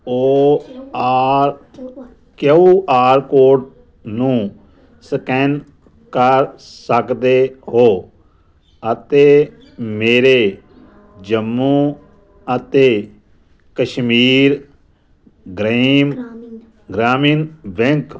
ਓ ਆਰ Q R code ਨੂੰ scan ਕਰ ਸਕਦੇ ਹੋ ਅਤੇ ਮੇਰੇ ਜੰਮੂ ਅਤੇ ਕਸ਼ਮੀਰ ਗਰੀਮ ਗ੍ਰਾਮੀਣ ਬੈਂਕ